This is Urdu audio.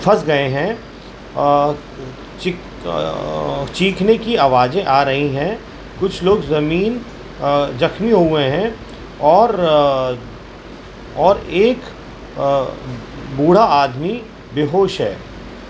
پھنس گئے ہیں چیخ چیخنے کی آوازیں آ رہی ہیں کچھ لوگ زمین زخمی ہوئے ہیں اور اور ایک بوڑھا آدمی بے ہوش ہے